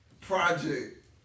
project